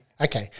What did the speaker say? Okay